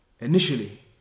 initially